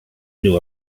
new